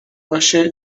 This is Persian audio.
باشه